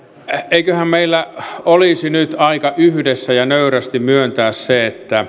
eiköhän meillä olisi nyt aika yhdessä ja nöyrästi myöntää se että